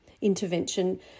intervention